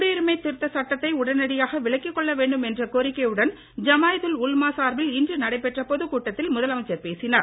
குடியுரிமை திருத்தச் சட்டத்தை உடனடியாக விலக்கிக் கொள்ள வேண்டும் என்ற கோரிக்கையுடன் ஜமாய்துல் உல்மா சார்பில் இன்று நடைபெற்ற பொதுக் கூட்டத்தில் முதலமைச்சர் பேசினார்